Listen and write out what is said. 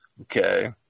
Okay